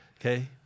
Okay